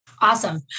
Awesome